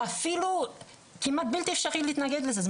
שאפילו כמעט בלתי אפשרי להתנגד לזה.